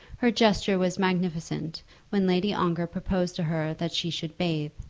her gesture was magnificent when lady ongar proposed to her that she should bathe.